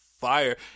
fire